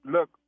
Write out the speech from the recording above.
Look